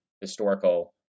historical